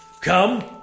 Come